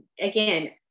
Again